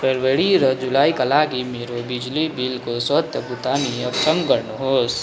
February र जुलाईका लागि मेरो बिजुली बिलको स्वत भुक्तानी अक्षम गर्नुहोस्